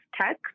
tech